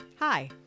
Hi